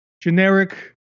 generic